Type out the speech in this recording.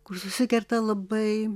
kur susikerta labai